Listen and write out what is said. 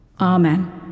Amen